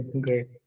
great